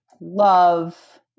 love